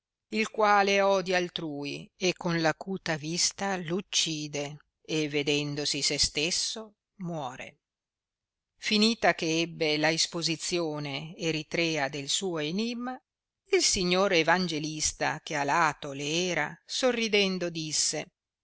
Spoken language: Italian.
il quale odia altrui e con l acuta vista l uccide e vedendosi se stesso muore finita eh ebbe la isposizione eritrea del suo enimma il signor evangelista che a lato le era sorridendo disse